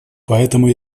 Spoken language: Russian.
поэтому